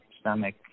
stomach